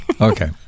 okay